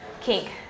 Kink